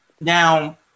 Now